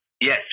yes